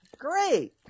Great